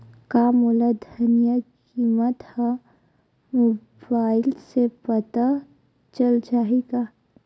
का मोला धनिया किमत ह मुबाइल से पता चल जाही का?